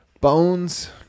bones